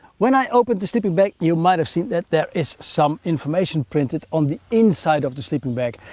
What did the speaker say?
when i opened the sleeping bag, you might have seen that there is some information printed on the inside of the sleeping bag,